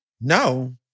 No